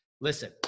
Listen